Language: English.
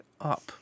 up